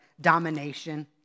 domination